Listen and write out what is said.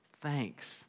thanks